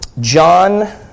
John